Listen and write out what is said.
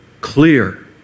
Clear